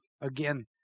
again